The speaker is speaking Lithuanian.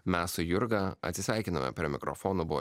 mes su jurga atsisveikiname prie mikrofonų buvo